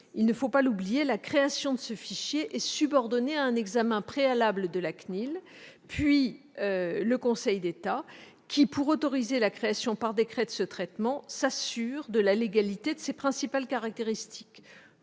il ne faut pas l'oublier, la création de ce fichier est subordonnée en amont à un examen préalable de la CNIL, puis à celui du Conseil d'État qui, pour autoriser la création par décret de ce traitement, s'assure de la légalité de ses principales caractéristiques,